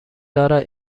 دارد